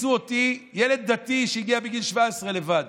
ילד דתי שהגיע בגיל 17 לבד